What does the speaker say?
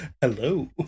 Hello